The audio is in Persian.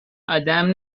آدم